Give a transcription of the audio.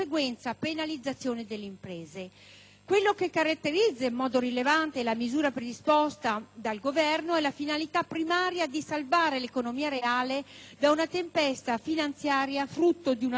Quello che caratterizza in modo rilevante la misura predisposta dal Governo è la finalità primaria di salvare l'economia reale da una tempesta finanziaria frutto di una crisi di una finanza non creativa,